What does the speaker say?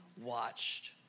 Watched